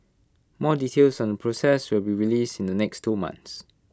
more details on the process will be released in the next two months